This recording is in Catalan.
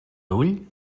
ull